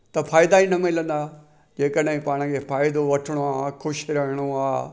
त फ़ाइदा ई न मिलंदा जेकॾहिं पाण खे फ़ाइदो वठिणो आहे ख़ुशि रहणो आहे